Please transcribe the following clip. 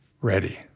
Ready